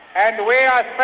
and we are